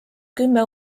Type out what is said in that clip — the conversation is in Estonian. kümme